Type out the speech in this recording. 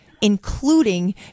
including